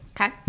Okay